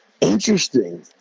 interesting